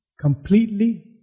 completely